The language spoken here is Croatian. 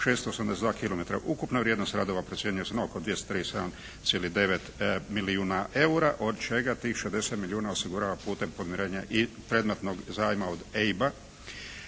Ukupna vrijednost radova procjenjuje se na oko 237,9 milijuna eura, od čega tih 60 milijuna osigurava putem podmirenja i trenutnog zajma od EIB-a